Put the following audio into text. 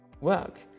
work